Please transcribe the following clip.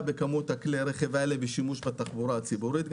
בכמות כלי הרכב ושימוש בתחבורה הציבורית,